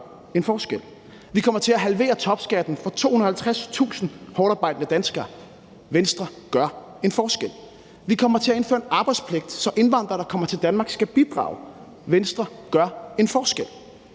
Vi kommer til at halvere topskatten for 250.000 hårdtarbejdende danskere. Venstre gør en forskel. Vi kommer til at indføre en arbejdspligt, så indvandrere, der kommer til Danmark, skal bidrage. Venstre gør en forskel.